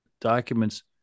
documents